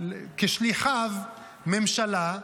ושלח כשליחיו ממשלה,